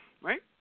right